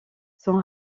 son